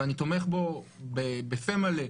ואני תומך בו בפה מלא,